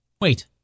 Wait